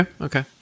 okay